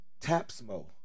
Tapsmo